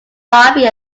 bobby